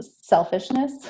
selfishness